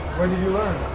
where did you learn